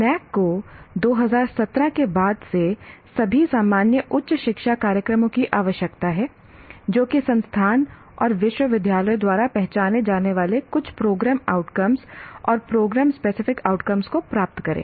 NAAC को 2017 के बाद से सभी सामान्य उच्च शिक्षा कार्यक्रमों की आवश्यकता है जो कि संस्थान और विश्वविद्यालयों द्वारा पहचाने जाने वाले कुछ प्रोग्राम आउटकम और प्रोग्राम स्पेसिफिक आउटकम को प्राप्त करें